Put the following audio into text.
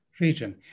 region